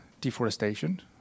deforestation